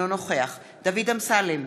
אינו נוכח דוד אמסלם,